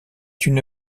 une